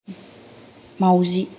माउजि